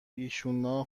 ایشونا